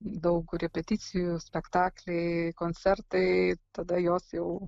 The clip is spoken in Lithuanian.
daug repeticijų spektakliai koncertai tada jos jau